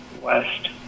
west